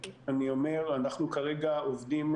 אנחנו כרגע עובדים,